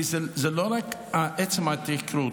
כי זה לא רק עצם ההתייקרות,